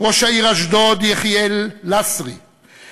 ראש העיר אשדוד יחיאל לסרי,